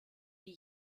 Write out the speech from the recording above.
die